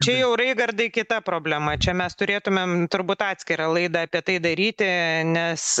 čia jau raigardai kita problema čia mes turėtumėm turbūt atskirą laidą apie tai daryti nes